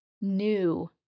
new